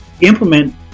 implement